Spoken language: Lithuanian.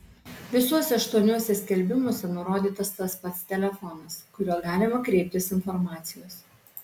visuose aštuoniuose skelbimuose nurodytas tas pats telefonas kuriuo galima kreiptis informacijos